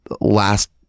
last